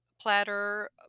platter